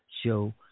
show